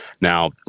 Now